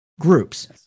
groups